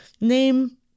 name